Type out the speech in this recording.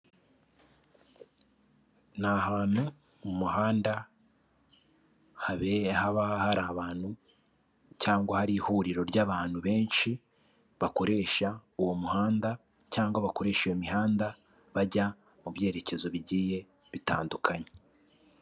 Ni ahantu mu muhanda haba hari abantu cyangwa hari ihuriro ry'abantu benshi bakoresha uwo muhanda, cyangwa bakoresha iyo mihanda bajya mu byerekezo bigiye bitandukanye.